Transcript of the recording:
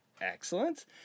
Excellent